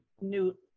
new